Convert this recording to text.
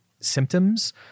symptoms